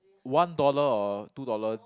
one dollar or two dollar